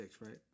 right